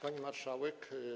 Pani Marszałek!